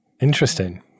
Interesting